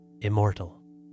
immortal